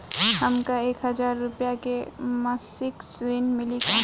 हमका एक हज़ार रूपया के मासिक ऋण मिली का?